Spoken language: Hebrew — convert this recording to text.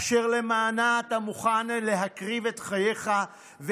אשר למענה אתה מוכן להקריב את חייך,